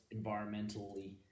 environmentally